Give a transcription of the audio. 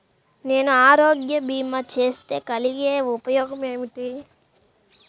నేను ఆరోగ్య భీమా చేస్తే కలిగే ఉపయోగమేమిటీ?